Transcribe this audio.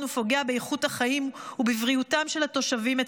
ופוגע באיכות החיים ובבריאותם של התושבים אצלם.